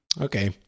Okay